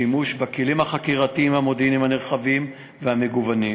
שימוש בכלים החקירתיים המודיעיניים הנרחבים והמגוונים,